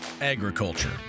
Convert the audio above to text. agriculture